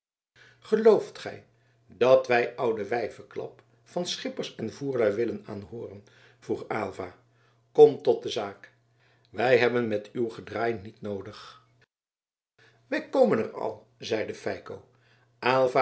gelooft gij dat wij oudewijvenklap van schippers en voerlui willen aanhooren vroeg aylva kom tot de zaak wij hebben met uw gedraai niet noodig wij komen er al zeide feiko aylva